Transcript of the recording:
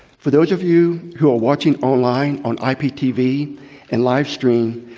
for those of you who are watching online on iptv and live stream,